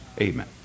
amen